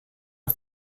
are